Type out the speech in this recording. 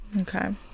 Okay